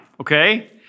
okay